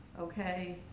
okay